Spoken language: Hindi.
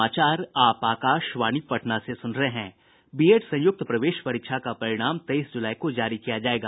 बीएड संयुक्त प्रवेश परीक्षा का परिणाम तेईस जुलाई को जारी किया जायेगा